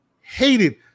Hated